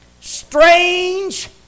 strange